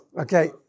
okay